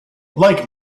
like